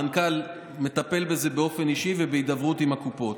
המנכ"ל מטפל בזה באופן אישי ובהידברות עם הקופות.